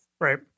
Right